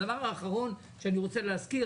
והדבר האחרון שאני רוצה להזכיר,